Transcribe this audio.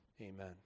amen